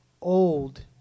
old